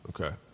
Okay